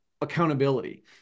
accountability